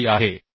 आभारी आहे